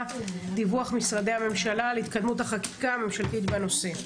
- דיווח משרדי הממשלה על התקדמות החקיקה הממשלתית בנושא.